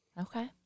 Okay